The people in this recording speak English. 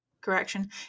Correction